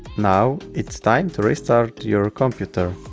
now it's time to restart your computer.